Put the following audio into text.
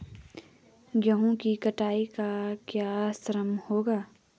गेहूँ की कटाई का क्या श्रम होगा?